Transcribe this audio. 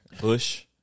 Bush